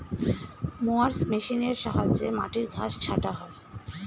mowers মেশিনের সাহায্যে মাটির ঘাস ছাঁটা হয়